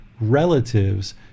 relatives